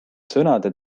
sõnade